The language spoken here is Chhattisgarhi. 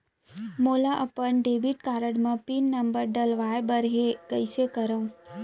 मोला अपन डेबिट कारड म पिन नंबर डलवाय बर हे कइसे करव?